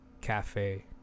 cafe